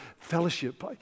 fellowship